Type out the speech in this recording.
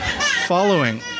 Following